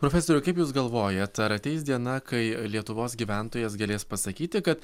profesoriau kaip jūs galvojat ar ateis diena kai lietuvos gyventojas galės pasakyti kad